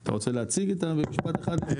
אתה רוצה להציג אותה במשפט אחד.